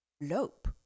lope